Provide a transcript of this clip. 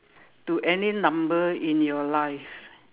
to any number in your life